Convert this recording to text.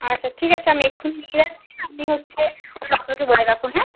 আচ্ছা ঠিক আছে আমি এক্ষুণি নিয়ে যাচ্ছি আপনি হচ্ছে ডক্টরকে বলে রাখুন হ্যাঁ